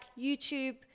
YouTube